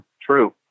True